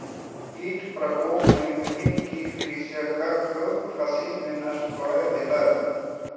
कीट प्रकोप में विभिन्न कीट कृषकक फसिल के नष्ट कय देलक